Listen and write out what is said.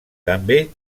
també